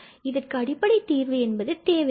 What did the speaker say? இதற்கு அடிப்படை தீர்வு என்பது தேவை இல்லை